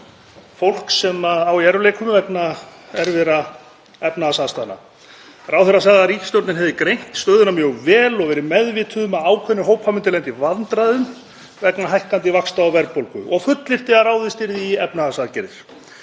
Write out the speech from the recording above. fólks sem á í erfiðleikum vegna erfiðra efnahagsaðstæðna. Ráðherra sagði að ríkisstjórnin hefði greint stöðuna mjög vel og verið meðvituð um að ákveðnir hópar myndu lenda í vandræðum vegna hækkandi vaxta og verðbólgu og fullyrti að ráðist yrði í efnahagsaðgerðir.